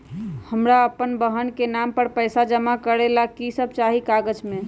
हमरा अपन बहन के नाम पर पैसा जमा करे ला कि सब चाहि कागज मे?